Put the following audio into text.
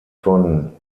von